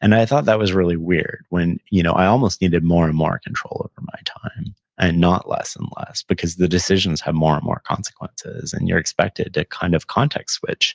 and i thought that was really weird, when you know i almost needed more and more control over my time and not less and less, because the decisions had more and more consequences, and you're expected to kind of context switch